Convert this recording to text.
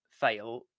fail